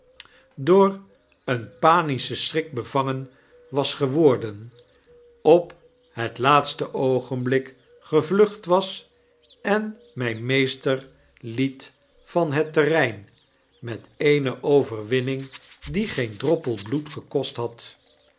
door een panischen schrik bevangen was geworden op het laatste oogenblik gevlucht was en my meester liet van het terrein met eene overwinning die geen droppel bloed gekost had